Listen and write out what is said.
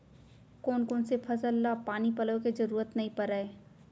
कोन कोन से फसल ला पानी पलोय के जरूरत नई परय?